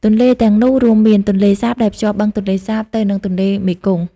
ទន្លេទាំងនោះរួមមាន ទន្លេសាប ដែលភ្ជាប់បឹងទន្លេសាបទៅនឹងទន្លេមេគង្គ។